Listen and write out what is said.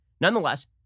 Nonetheless